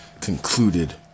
concluded